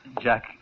Jack